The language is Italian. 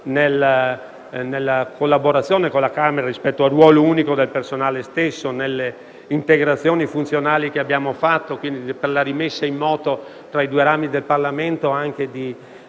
nella collaborazione con la Camera rispetto al ruolo unico del personale stesso, nelle integrazioni funzionali che abbiamo fatto per la rimessa in moto, tra i due rami del Parlamento, anche di